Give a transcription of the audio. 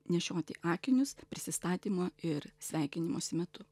nešioti akinius prisistatymo ir sveikinimosi metu